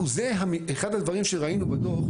אחד הדברים שראינו בדו"ח,